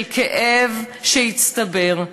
של כאב שהצטבר,